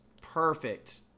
perfect